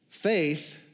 Faith